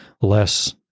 less